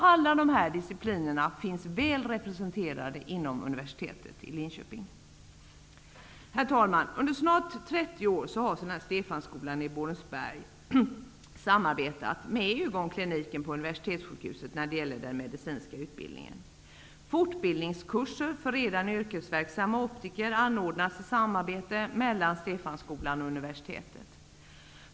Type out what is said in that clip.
Alla dessa discipliner finns väl representerade inom universitetet i Linköping. Herr talman! Under snart 30 år har Stefanskolan i Borensberg samarbetat med ögonkliniken på universitetssjukhuset när det gäller den medicinska utbildningen. Fortbildningskurser för redan yrkesverksamma optiker anordnas i samarbete mellan Stefanskolan och universitetet.